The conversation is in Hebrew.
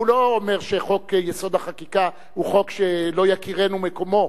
לא אומר שחוק-יסוד: החקיקה הוא חוק שלא יכירנו מקומו,